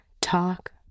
talk